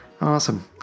awesome